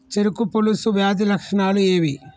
చెరుకు పొలుసు వ్యాధి లక్షణాలు ఏవి?